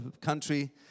country